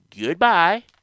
goodbye